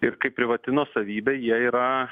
ir kaip privati nuosavybė jie yra